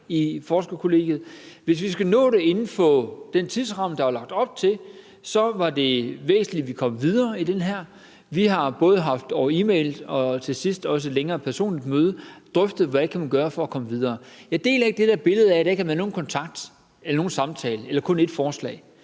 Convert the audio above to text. i forskerteamet. Hvis vi skulle nå det inden for den tidsramme, der var lagt op til, så var det væsentligt, at vi kom videre i det her. Vi har både via e-mails og til sidst også i et længere personligt møde drøftet, hvad man kan gøre for at komme videre. Jeg deler ikke det der billede af, at der ikke har været nogen kontakt eller nogen samtale, eller at der